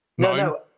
No